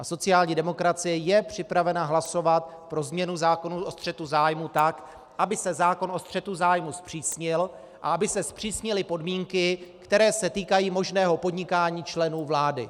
Sociální demokracie je připravena hlasovat pro změnu zákona o střetu zájmů tak, aby se zákon o střetu zájmů zpřísnil a aby se zpřísnily podmínky, které se týkají možného podnikání členů vlády.